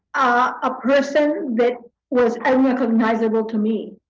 a person that was unrecognizable to me.